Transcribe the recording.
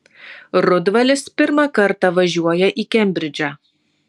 rudvalis pirmą kartą važiuoja į kembridžą